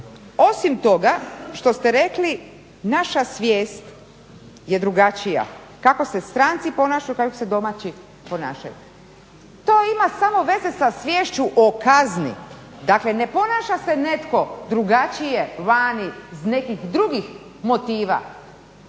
osim toga što ste rekli naša svijest je drugačija. Kako se stranci ponašaju, kako se domaći ponašaju. To ima samo veze sa sviješću o kazni. Dakle, ne ponaša se netko drugačije vani iz nekih drugih motiva,